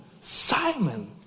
Simon